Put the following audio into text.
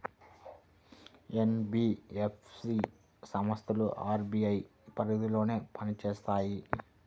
NBFC సంస్థలు RBI పరిధిలోనే పని చేస్తాయా?